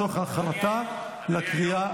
אני קובע כי הצעת חוק הגנת הצרכן,